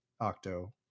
Octo